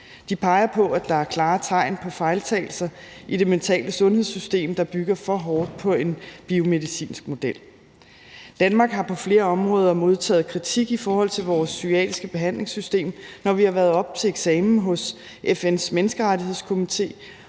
De peger på, at der er klare tegn på fejltagelser i det mentale sundhedssystem, der bygger for hårdt på en biomedicinsk model. Danmark har på flere områder modtaget kritik i forhold til vores psykiatriske behandlingssystem, når vi har været oppe til eksamen hos FN's Menneskerettighedskomité,